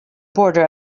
border